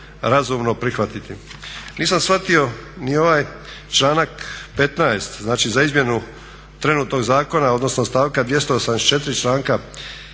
razumno prihvatiti. Nisam shvatio ni ovaj članak 15.,znači za izmjenu trenutnog zakona, odnosno članka 284.stavka